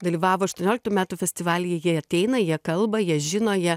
dalyvavo aštuonioliktų metų festivalyje jie ateina jie kalba jie žino jie